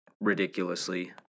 ridiculously